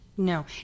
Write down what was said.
No